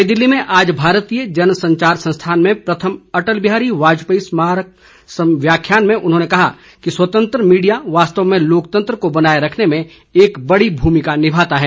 नई दिल्ली में आज भारतीय जनसंचार संस्थान में प्रथम अटल बिहारी वाजपेयी स्मारक व्याख्यान में उन्होंने कहा कि स्वतंत्र मीडिया वास्तव में लोकतंत्र को बनाये रखने में एक बड़ी भूमिका निभाता है